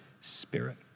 spirit